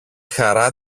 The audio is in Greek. χαρά